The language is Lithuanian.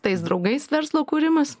tais draugais verslo kūrimas